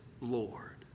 Lord